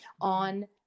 on